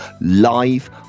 live